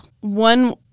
one